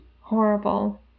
Horrible